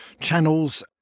channels